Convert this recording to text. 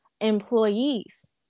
employees